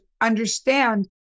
understand